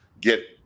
get